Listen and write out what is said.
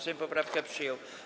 Sejm poprawkę przyjął.